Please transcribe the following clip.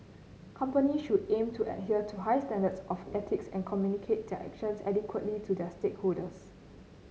companies should aim to adhere to high standards of ethics and communicate their actions adequately to their stakeholders